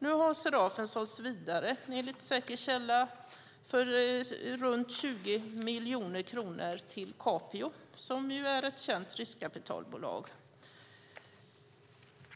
Nu har Serafen enligt säker källa sålts vidare för runt 20 miljoner kronor till Capio, som är ett känt riskkapitalbolag.